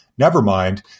Nevermind